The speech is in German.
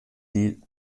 die